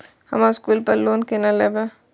हम स्कूल पर लोन केना लैब?